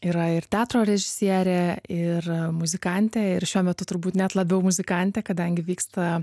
yra ir teatro režisierė ir muzikantė ir šiuo metu turbūt net labiau muzikantė kadangi vyksta